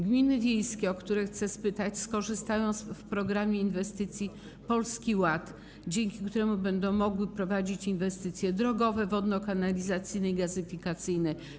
Gminy wiejskie, o które chcę spytać, skorzystają na Programie Inwestycji Strategicznych Polski Ład, dzięki któremu będą mogły prowadzić inwestycje drogowe, wodno-kanalizacyjne i gazyfikacyjne.